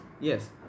Yes